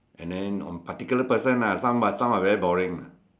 and then on particular person lah some but some are very boring